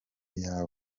yawe